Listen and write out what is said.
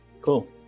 cool